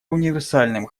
универсальным